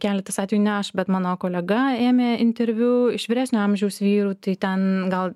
keletas atvejų ne aš bet mano kolega ėmė interviu iš vyresnio amžiaus vyrų tai ten gal